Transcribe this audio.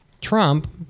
Trump